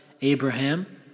Abraham